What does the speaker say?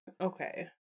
okay